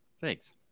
Thanks